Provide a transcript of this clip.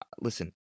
listen